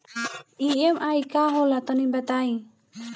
EMI का होला तनि बताई?